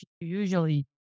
usually